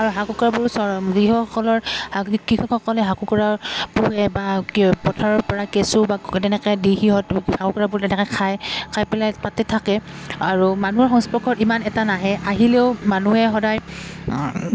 আৰু হাঁহ কুকুৰাবোৰ কৃষকসকলৰ কৃষকসকলে হাঁহ কুকুুৰাৰ পোহে বা কি পথাৰৰপৰা কেঁচু বা তেনেকৈ দি সিহঁত হাঁহ কুকুৰাবোৰ তেনেকৈ খাই খাই পেলাই তাতে থাকে আৰু মানুহৰ সংস্পৰ্শত ইমান এটা নাহে আহিলেও মানুহে সদায়